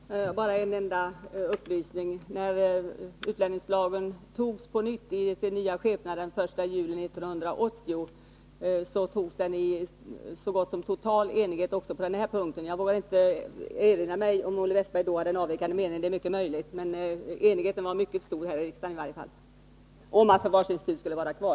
Herr talman! Bara en enda upplysning: När utlänningslagen fastställdes i sin nya skepnad, den 1 juli 1980, var enigheten så gott som total också på den här punkten. Jag kan inte erinra mig om Olle Wästberg hade en avvikande mening — det är mycket möjligt. Enigheten här i riksdagen var i varje fall mycket stor om att förvarsinstitutet skulle vara kvar.